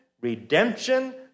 redemption